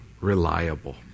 reliable